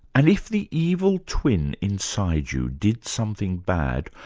and if the evil twin inside you did something bad,